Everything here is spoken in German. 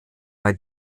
bei